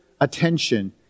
attention